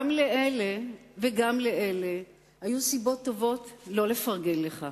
גם לאלה וגם לאלה היו סיבות טובות לא לפרגן לך,